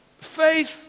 faith